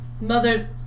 Mother